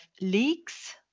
leaks